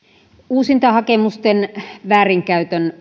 uusintahakemusten väärinkäytön